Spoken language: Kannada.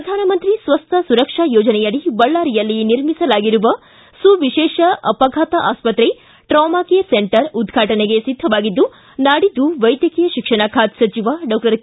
ಪ್ರಧಾನಮಂತ್ರಿ ಸ್ವಸ್ಥ ಸುರಕ್ಷಾ ಯೋಜನೆಯಡಿ ಬಳ್ಳಾರಿಯಲ್ಲಿ ನಿರ್ಮಿಸಲಾಗಿರುವ ಸುವಿಶೇಷ ಅಪಘಾತ ಆಸ್ವತ್ರೆ ಟ್ರಾಮಾಕೇರ್ ಸೆಂಟರ್ ಉದ್ಘಾಟನೆಗೆ ಸಿದ್ಧವಾಗಿದ್ದು ನಾಡಿದ್ದು ವೈದ್ಯಕೀಯ ಶಿಕ್ಷಣ ಖಾತೆ ಸಚಿವ ಡಾಕ್ಟರ್ ಕೆ